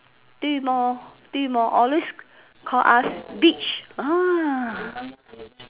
对么对么 always call us bitch ah